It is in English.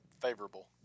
favorable